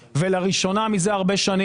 לראשונה מזה הרבה שנים,